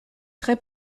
très